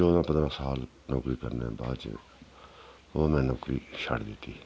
चौदां पंदरां साल नौकरी करने दे बाद च ओह् में नौकरी छड्ड दित्ती